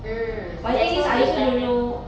mm there's no design meh